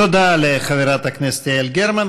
תודה לחברת הכנסת יעל גרמן.